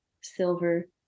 silver